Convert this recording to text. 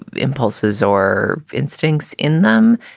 and impulses or instincts in them.